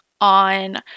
on